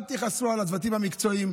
אל תכעסו על הצוותים המקצועיים,